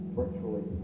virtually